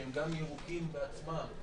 שהם ירוקים בעצמם,